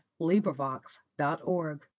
LibriVox.org